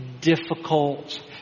difficult